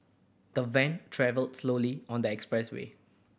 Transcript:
the van travelled slowly on the expressway